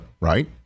right